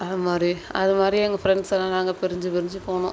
அது மாதிரி அது மாதிரி எங்கள் ஃப்ரெண்ட்ஸெல்லாம் நாங்கள் பிரிஞ்சு பிரிஞ்சு போனோம்